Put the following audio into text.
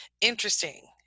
interesting